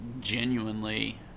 genuinely